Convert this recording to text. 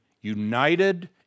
united